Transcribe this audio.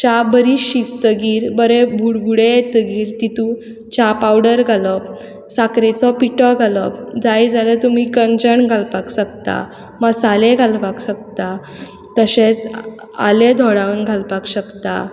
च्या बरी शिजतकीर बरे बुडबुडे येतकीर तितूंत च्या पावडर घालप साकरेचो पिठो घालप जाय जाल्यार तुमी गंजन घालपाक सकता मसाले घालपाक सकता तशेंच आलें धोडावन घालपाक शकता